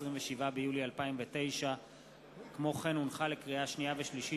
27 ביולי 2009. לקריאה שנייה ולקריאה שלישית: